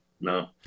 no